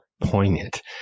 poignant